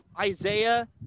Isaiah